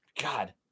God